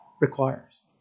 requires